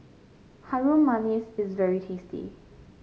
Harum Manis is very tasty